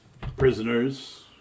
prisoners